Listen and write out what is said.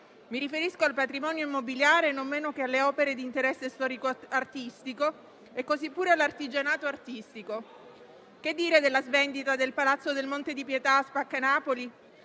Mi riferisco al patrimonio immobiliare, non meno che alle opere di interesse storico-artistico, e così pure all'artigianato artistico. Che dire della svendita del palazzo del Monte di Pietà a Spaccanapoli;